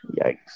Yikes